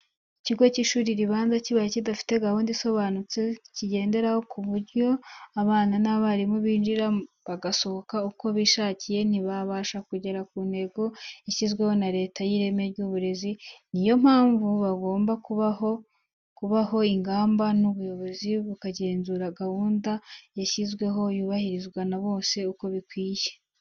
Ikigo cy'ishuri ribanza kibaye kidafite gahunda isobanutse kigenderaho ku buryo abana n'abarimu binjira bagasohoka uko bishakiye, nticyabasha kugera ku ntego yashyizweho na leta y'ireme ry'uburezi, ni yo mpamvu hagomba kubaho ingamba, n'ubuyobozi bukagenzura ko gahunda yashyizweho yubahirizwa na bose, uko bikwiye.